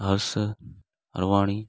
Harsh Parwani